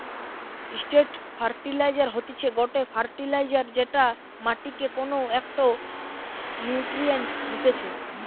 straight fertilizer হতিছে গটে fertilizer যেটা মাটিকে কোনো একটো নিউট্রিয়েন্ট দিতেছে